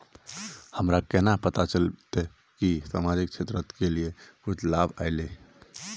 हमरा केना पता चलते की सामाजिक क्षेत्र के लिए कुछ लाभ आयले?